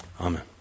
Amen